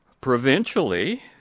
Provincially